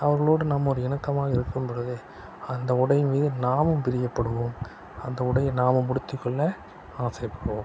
அவர்களோடு நம் அதை இணக்கமாக இருக்கும்பொழுது அந்த உடைமீது நாமும் பிரியப்படுவோம் அந்த உடையை நாமும் உடுத்திக்கொள்ள ஆசைப்படுவோம்